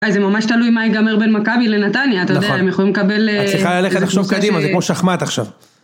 זה ממש תלוי מה ייגמר בן מכבי לנתניה, אתה יודע, הם יכולים לקבל... אני צריכה ללכת לחשוב קדימה, זה כמו שחמט עכשיו.